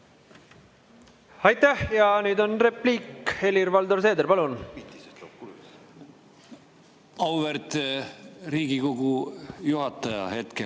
Aitäh! Ja nüüd on repliik. Helir-Valdor Seeder, palun! Auväärt Riigikogu juhataja hetkel!